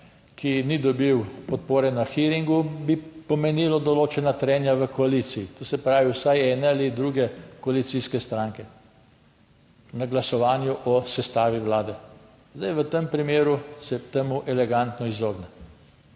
ki ni dobil podpore na hearingu, bi pomenilo določena trenja v koaliciji, to se pravi vsaj ene ali druge koalicijske stranke na glasovanju o sestavi vlade. Zdaj v tem primeru se temu elegantno izogne